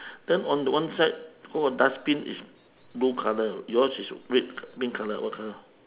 then on the one side got one dustbin is blue colour yours is red green colour what colour